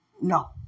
No